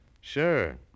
Sure